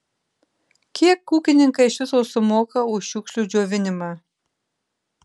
kiek ūkininkai iš viso sumoka už šiukšlių džiovinimą